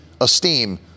esteem